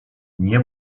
nie